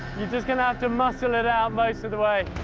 you're just going to have to muscle it out most of the way.